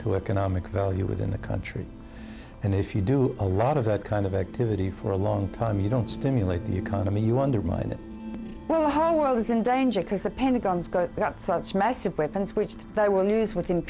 to economic value within the country and if you do a lot of that kind of activity for a long time you don't stimulate the economy you want to write well the whole world is in danger because the pentagon's got got such massive weapons which they will use with